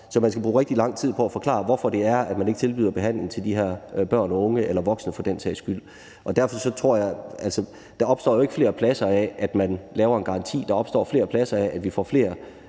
så man skal bruge rigtig lang tid på at forklare, hvorfor det er, at man ikke tilbyder behandling til de her børn og unge eller til voksne for den sags skyld. Der opstår ikke flere pladser af, at man laver en garanti. Der opstår flere pladser af, at vi får flere